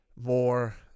more